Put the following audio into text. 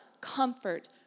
comfort